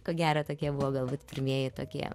ko gero tokie buvo galbūt pirmieji tokie